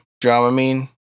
dramamine